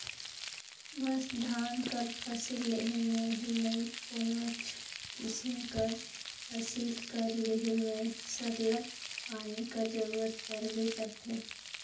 बस धान कर फसिल लेहे में ही नई कोनोच किसिम कर फसिल कर लेहे में सरलग पानी कर जरूरत परबे करथे